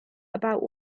about